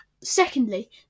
Secondly